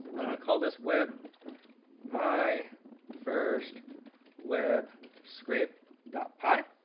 i want to call this web my first web scrape dot py.